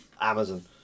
Amazon